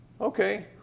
Okay